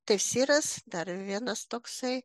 tefyras dar vienas toksai